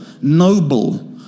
noble